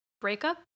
breakup